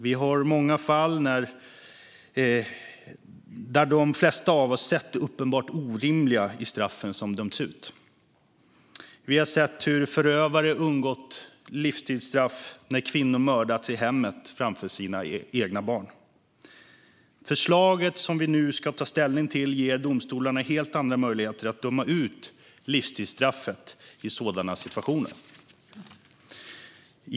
Vi har många fall där de flesta av oss har sett det uppenbart orimliga i straffen som dömts ut. Vi har sett hur förövare undgått livstidsstraff när kvinnor mördats i hemmet framför sina egna barn. Det förslag som vi nu ska ta ställning till ger domstolarna helt andra möjligheter att döma ut livstidsstraff i sådana situationer.